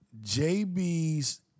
JB's